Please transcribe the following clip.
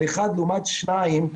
על אחד לעומת שניים,